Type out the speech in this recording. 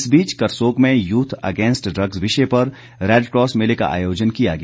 इस बीच करसोग में यूथ अगेंस्ट ड्रग्स विषय पर रेडक्रॉस मेले का आयोजन किया गया